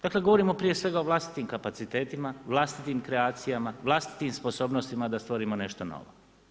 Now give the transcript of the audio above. Dakle, govorimo prije svega o vlastitim kapacitetima, o vlastitim kreacijama, o vlastitim sposobnostima, da stvorimo nešto novo.